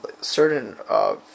certain